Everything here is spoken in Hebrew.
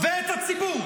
-- ואת הציבור.